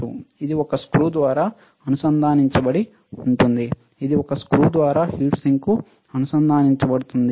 ఇది ఒక స్క్రూ ద్వారా అనుసంధానించబడి ఉంటుంది ఇది ఒక స్క్రూ ద్వారా హీట్సింక్కు అనుసంధానించబడుతుంది